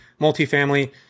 multifamily